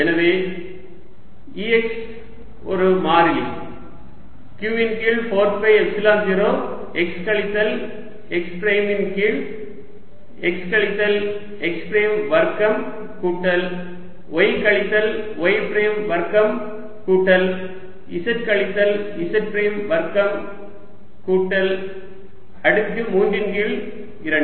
எனவே Ex ஒரு மாறிலி q இன் கீழ் 4 பை எப்சிலன் 0 x கழித்தல் x பிரைம் இன் கீழ் x கழித்தல் x பிரைம் வர்க்கம் கூட்டல் y கழித்தல் y பிரைம் வர்க்கம் கூட்டல் z கழித்தல் z பிரைம் வர்க்கம் அடுக்கு 3 இன் கீழ் 2